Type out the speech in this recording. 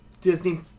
Disney